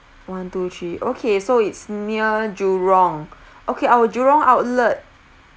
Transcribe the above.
one two three okay so it's near jurong okay our jurong outlet